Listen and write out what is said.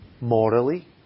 morally